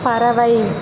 பறவை